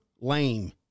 lame